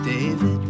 David